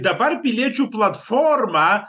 dabar piliečių platforma